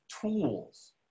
tools